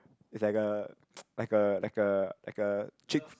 is like a like a like a like a cheat